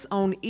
on